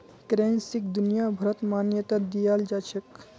करेंसीक दुनियाभरत मान्यता दियाल जाछेक